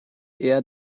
eher